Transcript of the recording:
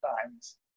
times